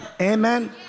amen